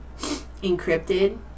encrypted